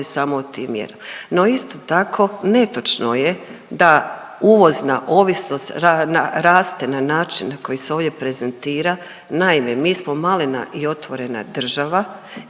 samo o tim mjerama. No, isto tako, netočno je da uvozna ovisnost raste na način na koji se ovdje prezentira. Naime, mi smo malena i otvorena država,